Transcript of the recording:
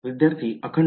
विद्यार्थी अखंड